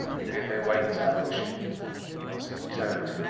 we'd be there waiting to ambush it once it returned,